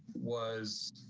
was